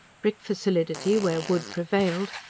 brick for solidity, where wood prevailed,